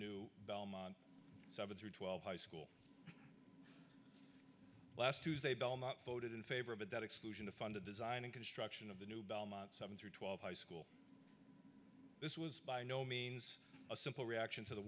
new belmont seven through twelve high school last tuesday belmont voted in favor of a debt exclusion to fund a design and construction of the new belmont seven hundred twelve high school this was by no means a simple reaction to the